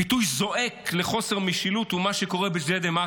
ביטוי זועק לחוסר משילות הוא מה שקורה בג'דיידה-מכר,